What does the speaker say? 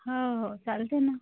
हो हो चालते ना